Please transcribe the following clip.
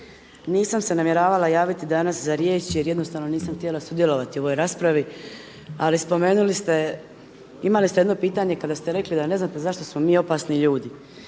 nisam se namjeravala javiti danas za riječ jer jednostavno nisam htjela sudjelovati u ovoj raspravi ali spomenuli ste, imali ste jedno pitanje kada ste rekli da ne znate zašto smo mi opasni ljudi.